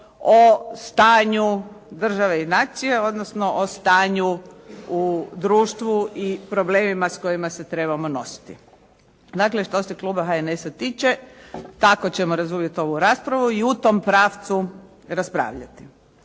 o stanju države i nacije, odnosno o stanju u društvu i problemima s kojima se trebamo nositi. Dakle što se kluba HNS-a tiče, tako ćemo razumjet ovu raspravu i u tom pravcu raspravljati.